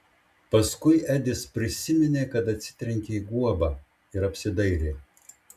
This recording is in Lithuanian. paskui edis prisiminė kad atsitrenkė į guobą ir apsidairė